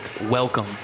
welcome